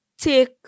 take